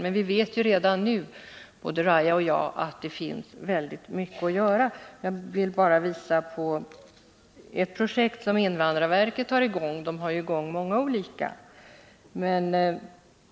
Men vi vet redan nu, både Lahja Exner och jag, att det finns väldigt mycket att göra. Jag vill bara peka på ett av de projekt som invandrarverket har i gång — det finns ju många olika sådana.